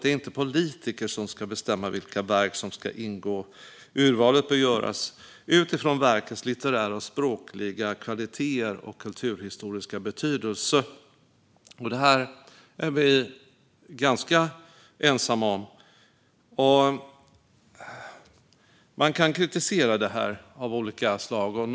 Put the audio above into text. Det är inte politiker som ska bestämma vilka verk som ska ingå. Urvalet bör göras utifrån verkens litterära och språkliga kvaliteter och kulturhistoriska betydelse. Det här är vi ganska ensamma om. Man kan rikta kritik av olika slag mot det.